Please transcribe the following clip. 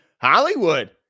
Hollywood